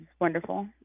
wonderful